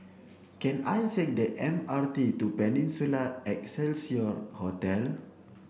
can I take the M R T to Peninsula Excelsior Hotel